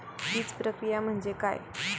बीजप्रक्रिया म्हणजे काय?